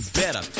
better